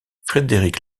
frederic